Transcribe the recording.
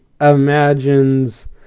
Imagines